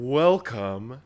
welcome